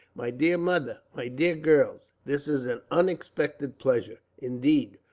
my dear mother, my dear girls, this is an unexpected pleasure, indeed!